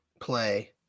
play